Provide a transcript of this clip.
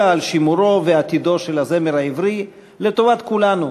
על שימורו ועתידו של הזמר העברי לטובת כולנו.